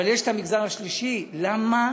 אבל יש את המגזר השלישי, למה